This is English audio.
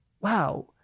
wow